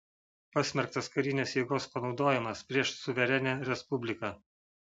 pasmerktas karinės jėgos panaudojimas prieš suverenią respubliką